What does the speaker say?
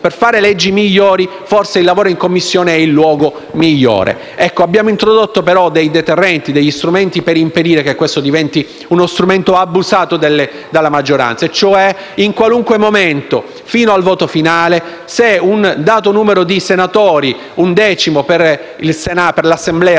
per far leggi migliori forse la Commissione è il luogo migliore. Abbiamo però introdotto dei deterrenti per impedire che questo diventi uno strumento abusato dalla maggioranza e cioè in qualunque momento, fino al voto finale, se un dato numero di senatori (un decimo per l'Assemblea